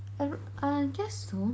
I dun~ I guess so